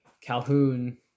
Calhoun